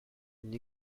une